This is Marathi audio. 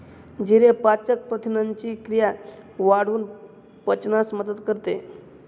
जिरे पाचक प्रथिनांची क्रिया वाढवून पचनास मदत करते